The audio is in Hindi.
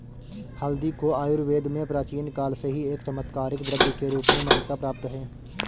हल्दी को आयुर्वेद में प्राचीन काल से ही एक चमत्कारिक द्रव्य के रूप में मान्यता प्राप्त है